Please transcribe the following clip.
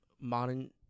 modern